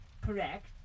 correct